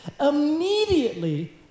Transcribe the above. immediately